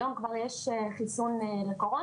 היום כבר יש חיסון לקורונה,